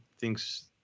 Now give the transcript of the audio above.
thinks